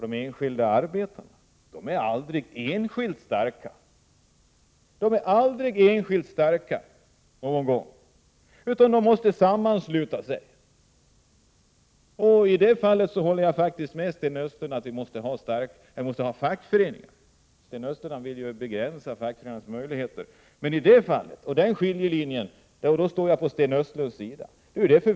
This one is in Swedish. De enskilda arbetarna i facket är aldrig enskilt starka, utan de måste samla sig. I det här fallet håller jag faktiskt med Sten Östlund. Vi måste ha fackföreningar, även om Sten Östlund vill begränsa deras möjligheter.